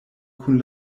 kun